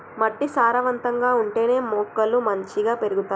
మట్టి సారవంతంగా ఉంటేనే మొక్కలు మంచిగ పెరుగుతాయి